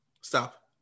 stop